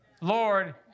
Lord